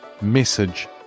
message